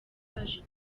baje